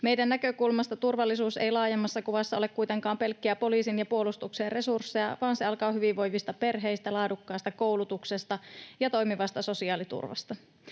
Meidän näkökulmastamme turvallisuus ei laajemmassa kuvassa ole kuitenkaan pelkkiä poliisin ja puolustuksen resursseja, vaan se alkaa hyvinvoivista perheistä, laadukkaasta koulutuksesta ja toimivasta sosiaaliturvasta,